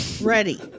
ready